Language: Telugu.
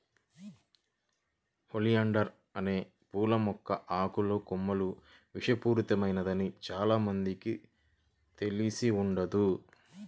ఒలియాండర్ అనే పూల మొక్క ఆకులు, కొమ్మలు విషపూరితమైనదని చానా మందికి తెలిసి ఉండదు